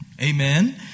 Amen